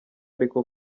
ariko